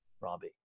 Robbie